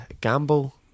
gamble